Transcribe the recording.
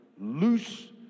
loose